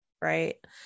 Right